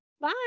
bye